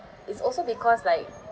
it's also because like